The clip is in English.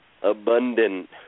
Abundant